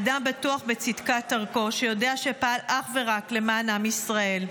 אדם בטוח בצדקת דרכו שיודע שפעל אך ורק למען עם ישראל.